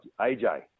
AJ